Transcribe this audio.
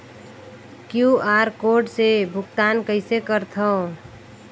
QR code से भुगतान कइसे करथव?